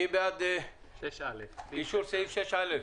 מי בעד אישור סעיף 6א?